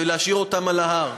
ולהשאיר אותם על ההר,